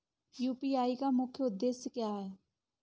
UPI का मुख्य उद्देश्य क्या है?